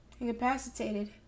incapacitated